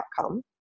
outcome